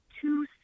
two